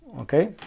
okay